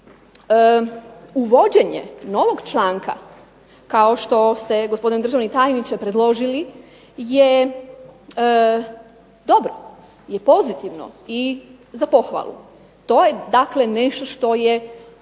uvođenje novog članka kao što ste gospodine državni tajniče predložili je dobro, pozitivno i za pohvalu. To je dakle nešto što je